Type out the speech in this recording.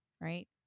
Right